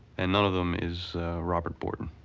and none of them is robert borton.